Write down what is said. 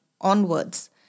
onwards